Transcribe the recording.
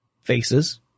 faces